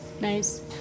Nice